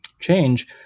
change